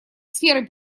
сферы